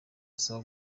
asaba